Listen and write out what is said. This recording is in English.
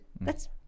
That's-